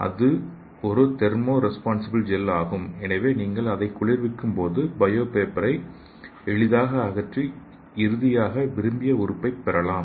இது ஒரு thermo responsible gel ஆகும் எனவே நீங்கள் அதை குளிர்விக்கும்போது பயோ பேப்பரை எளிதாக அகற்றி இறுதியாக விரும்பிய உறுப்பைப் பெறலாம்